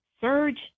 surge